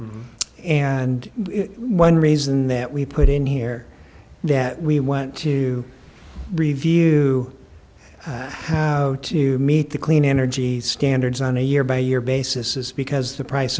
and one reason that we put in here that we want to review how to meet the clean energy standards on a year by year basis is because the price